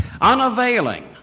Unavailing